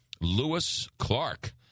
Lewis-Clark